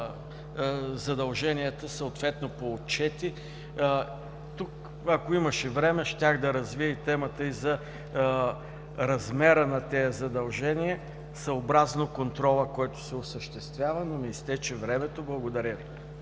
задълженията съответно по отчети. Тук, ако имаше време, щях да развия темата за размера на тези задължения, съобразно контрола, който се осъществява, но времето ми изтече. Благодаря